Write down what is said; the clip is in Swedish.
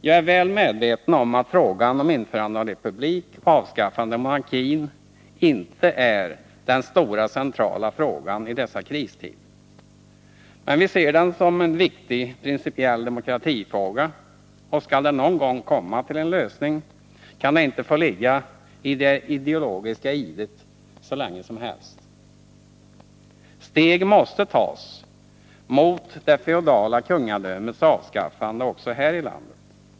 Jag är väl medveten om att frågan om införande av republik och avskaffande av monarkin inte är den stora centrala frågan i dessa kristider. Men vi ser den som en viktig principiell demokratifråga, och skall den någon gång komma till lösning kan den inte få ligga i det ideologiska idet hur länge som helst. Steg måste tas mot det feodala kungadömets avskaffande också här i landet.